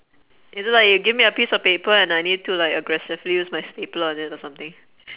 is it like you give me a piece of paper and I need to like aggressively use my stapler on it or something